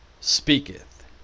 speaketh